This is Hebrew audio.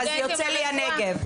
זה לא קשור דווקא לסטודנטים לרפואה,